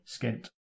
skint